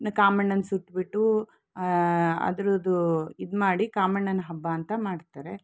ಕಾಮಣ್ಣನ ಸುಟ್ಬಿಟ್ಟು ಅದರದ್ದು ಇದು ಮಾಡಿ ಕಾಮಣ್ಣನ ಹಬ್ಬ ಅಂತ ಮಾಡ್ತಾರೆ